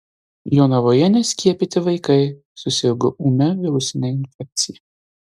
jonavoje neskiepyti vaikai susirgo ūmia virusine infekcija